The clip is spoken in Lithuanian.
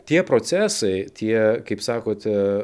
tie procesai tie kaip sakote